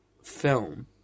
Film